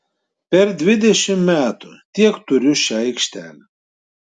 per dvidešimt metų kiek turiu šią aikštelę